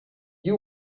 you